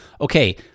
okay